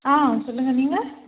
ஆ சொல்லுங்க நீங்கள்